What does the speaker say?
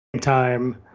time